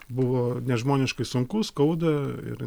buvo nežmoniškai sunku skauda ir